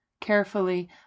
Carefully